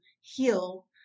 heal